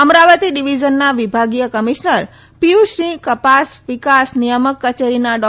અમરાવતી ડિવિઝનના વિભાગીય કમિશનર પિયુષસિંહે કપાસ વિકાસ નિયામક કચેરીના ડો